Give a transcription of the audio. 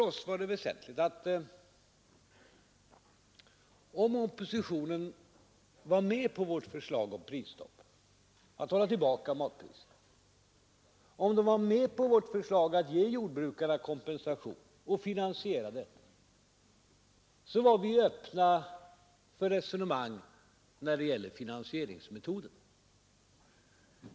Om oppositionen var med på vårt förslag om prisstopp — att hålla tillbaka matpriserna — och vårt förslag att ge jordbrukarna kompensation och finansiera det, så var vi öppna för resonemang om finansieringsmetoden.